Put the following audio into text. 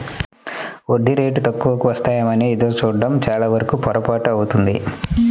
వడ్డీ రేటు తక్కువకు వస్తాయేమోనని ఎదురు చూడడం చాలావరకు పొరపాటే అవుతుంది